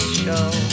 show